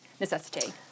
necessity